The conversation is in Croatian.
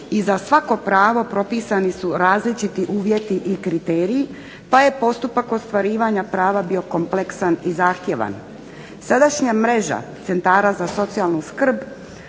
i za svako pravo propisani su različiti uvjeti i kriteriji pa je postupak ostvarivanja prava bio kompleksan i zahtjevan. Sadašnja mreža centara za socijalnu skrb